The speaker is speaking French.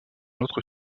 autre